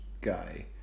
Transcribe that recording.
guy